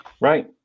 Right